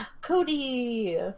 Cody